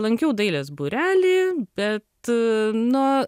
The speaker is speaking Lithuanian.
lankiau dailės būrelį bet na